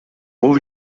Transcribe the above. бул